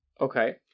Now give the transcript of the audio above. Okay